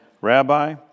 Rabbi